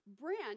Branch